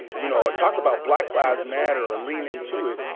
you know, talk about black lives matter or lean into it,